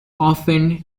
often